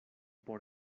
por